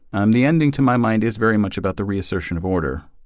um the ending to my mind is very much about the reassertion of order.